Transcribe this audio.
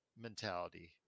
mentality